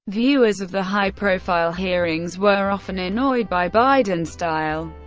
viewers of the high-profile hearings were often annoyed by biden's style.